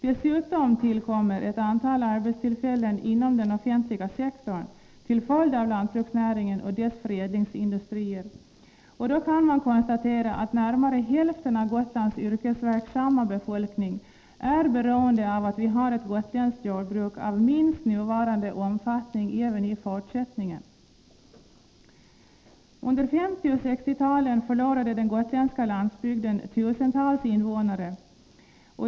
Dessutom tillkommer ett antal arbetstillfällen inom den offentliga sektorn som en följd av lantbruksnäringen och dess förädlingsindustrier. Då kan man konstatera att närmare hälften av Gotlands yrkesverksamma befolkning är beroende av att vi även i fortsättningen har ett gotländskt jordbruk av minst nuvarande omfattning. Under 1950 och 1960-talen förlorade den gotländska landsbygden tusentals invånare.